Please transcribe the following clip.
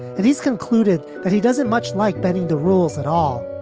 and he's concluded that he doesn't much like bending the rules at all.